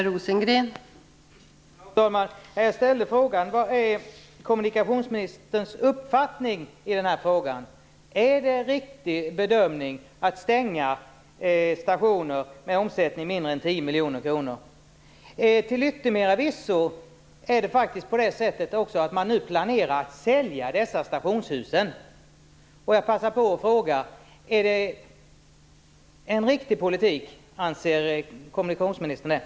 Fru talman! Jag ställde frågan om vad kommunikationsministerns uppfattning är i den här frågan. Är det en riktig bedömning att stänga stationer med en omsättning som är mindre än 10 miljoner kronor? Till yttermera visso planerar man nu att sälja stationshusen. Jag passar på att fråga om kommunikationsministern anser att det är en riktig politik.